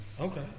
Okay